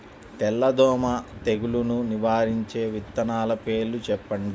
తెల్లదోమ తెగులును నివారించే విత్తనాల పేర్లు చెప్పండి?